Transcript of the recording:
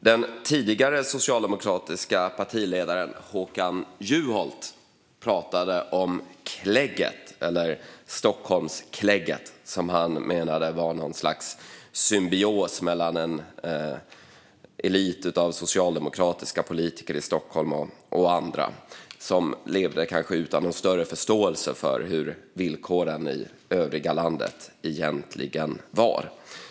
Den tidigare socialdemokratiska partiledaren Håkan Juholt pratade om klägget, eller Stockholmsklägget, som han menade var något slags symbios mellan en elit av socialdemokratiska politiker i Stockholm och andra som kanske levde utan någon större förståelse för hur villkoren i övriga landet egentligen var.